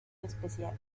especiales